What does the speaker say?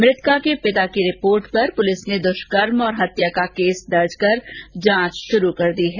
मृतका के पिता की रिपोर्ट पर पुलिस ने दुष्कर्म और हत्या का केस दर्ज कर जांच पड़ताल शुरू की है